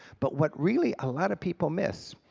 but what really a lot of people miss,